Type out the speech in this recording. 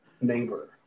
neighbor